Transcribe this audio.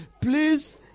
Please